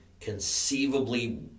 conceivably